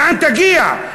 לאן תגיע?